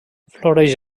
floreix